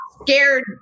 scared